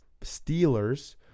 Steelers